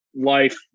life